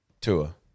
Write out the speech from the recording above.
Tua